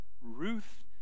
Ruth